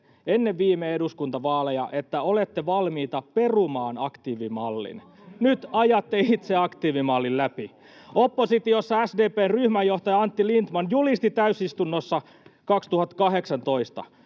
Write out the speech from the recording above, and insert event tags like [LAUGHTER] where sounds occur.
ennen viime eduskuntavaaleja, että olette valmiita perumaan aktiivimallin. [NOISE] Nyt ajatte itse aktiivimallin läpi. — Oppositiossa SDP:n ryhmänjohtaja Antti Lindtman julisti täysistunnossa 2018,